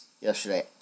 yesterday